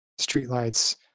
streetlights